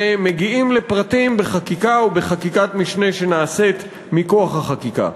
ומגיעים לפרטים בחקיקה או בחקיקת משנה שנעשית מכוח החקיקה.